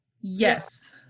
Yes